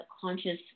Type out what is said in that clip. conscious